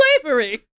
slavery